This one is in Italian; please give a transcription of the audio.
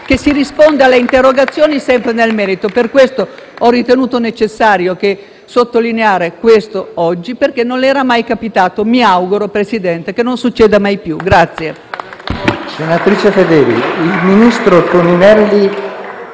che si risponde alle interrogazioni sempre nel merito. Per questo ho ritenuto necessario sottolineare questo oggi, perché non era mai capitato e mi auguro, Presidente, che non succeda mai più.